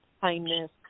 kindness